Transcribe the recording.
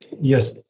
yes